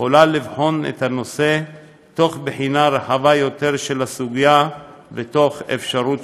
יכולה לבחון את הנושא בחינה רחבה יותר ותוך אפשרות